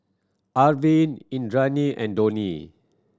Arvind Indranee and Dhoni